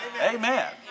Amen